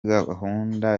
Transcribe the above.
gahunda